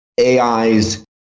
AIs